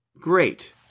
Great